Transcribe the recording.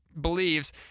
believes